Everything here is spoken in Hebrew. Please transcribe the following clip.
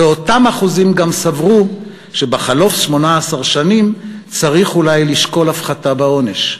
ואותם אחוזים גם סברו שבחלוף 18 שנים צריך אולי לשקול הפחתה בעונש.